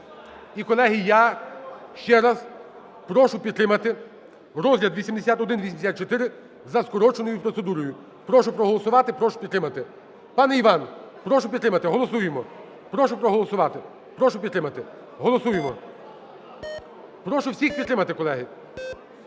І, колеги, я ще раз прошу підтримати розгляд 8184 за скороченою процедурою. Прошу проголосувати. Прошу підтримати. Пане Іван, прошу підтримати. Голосуємо. Прошу проголосувати. Прошу підтримати. Голосуємо. Прошу всіх підтримати, колеги.